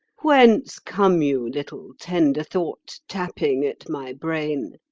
whence come you, little tender thought, tapping at my brain?